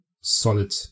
solid